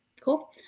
Cool